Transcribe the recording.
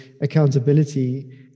accountability